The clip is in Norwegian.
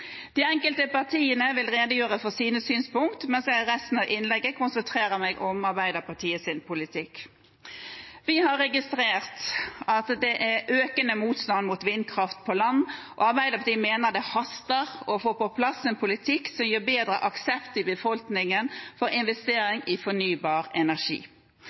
De enkelte partiene vil redegjøre for sine synspunkt, mens jeg i resten av innlegget konsentrerer meg om Arbeiderpartiets politikk. Vi har registrert at det er økende motstand mot vindkraft på land, og Arbeiderpartiet mener det haster å få på plass en politikk som gir bedre aksept i befolkningen for investering i fornybar energi.